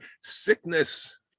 sickness